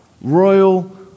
royal